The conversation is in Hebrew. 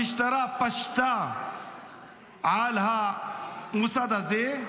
המשטרה פשטה על המוסד הזה,